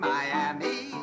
Miami